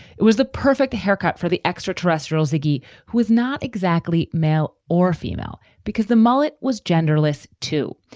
it was the perfect haircut for the extraterrestrials. ziggy, who is not exactly male or female because the mullet was genderless, too.